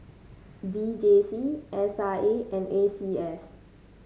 V J C S I A and A C S